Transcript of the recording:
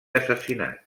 assassinat